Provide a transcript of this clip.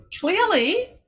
clearly